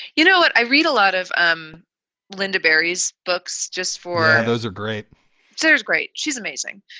you know, i read a lot of um lynda barry's books just for. those are great. so there's great. she's amazing.